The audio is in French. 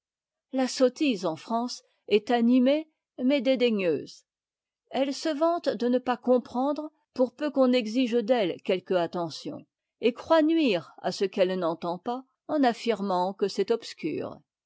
la sottise en france est animée mais dédaigneuse elle se vante de ne pas comprendre pour peu qu'on exige d'elle quelque attention et croit nuire à ce qu'elle n'entend pas en affirmant que c'est obscur